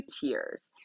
tiers